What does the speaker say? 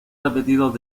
repetidos